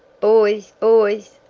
boys! boys!